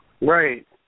Right